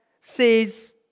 says